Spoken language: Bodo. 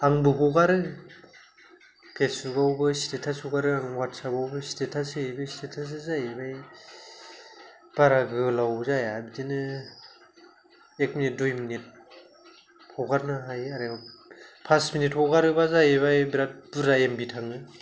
आंबो हगारो फेस्बुकावबो स्टेटास हगारो आं अवाटसएपआवबो स्टेटास होयो बे स्टेटासा जाहैबाय बारा गोलाव जाया बिदिनो एक मिनिट दुइ मिनिट हगारनो हायो आरो फास मिनिट हगारोब्ला जाहैबाय बेराद बुरजा एमबि थाङो